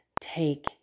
take